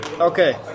okay